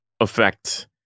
affect